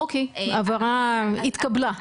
אוקיי, ההבהרה התקבלה.